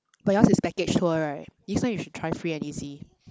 but yours is package tour right next time you should try free and easy